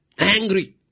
angry